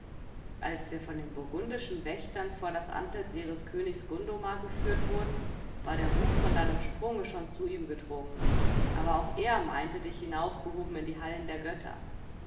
als wir von den burgundischen wächtern vor das antlitz ihres königs gundomar geführt wurden war der ruf von deinem sprunge schon zu ihm gedrungen auch er meinte dich hinaufgehoben in die halle der götter